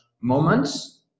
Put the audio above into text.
moments